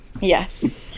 Yes